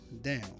down